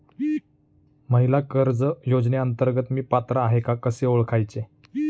महिला कर्ज योजनेअंतर्गत मी पात्र आहे का कसे ओळखायचे?